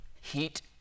heat